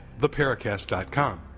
theparacast.com